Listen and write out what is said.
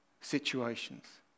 situations